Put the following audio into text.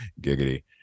Giggity